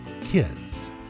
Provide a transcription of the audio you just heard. kids